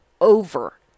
over